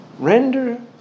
Render